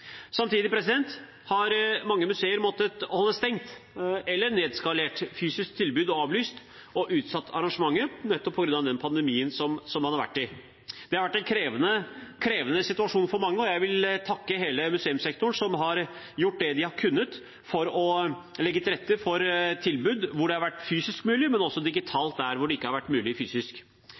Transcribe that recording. Samtidig har mange museer måttet holde stengt eller nedskalert fysiske tilbud og avlyst og utsatt arrangementer på grunn av den pandemien vi har vært i. Det har vært en krevende situasjon for mange, og jeg vil takke hele museumssektoren som har gjort det de har kunnet for å legge til rette for tilbud der det fysisk har vært mulig, men også digitalt der det ikke har vært mulig fysisk.